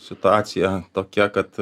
situacija tokia kad